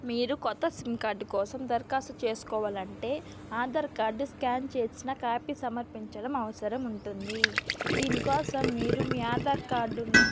మీరు కొత్త SIM card కోసం దరఖాస్తు చేసుకోవాలి అంటే ఆధార్ కార్డు స్కాన్ చేసిన కాపీ సమర్పించడం అవసరం ఉంటుంది దీని కోసం మీరు మీ ఆధార్ కార్డును